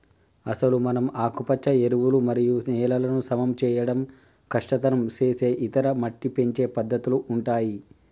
అసలు మనం ఆకుపచ్చ ఎరువులు మరియు నేలలను సమం చేయడం కష్టతరం సేసే ఇతర మట్టి పెంచే పద్దతుల ఉంటాయి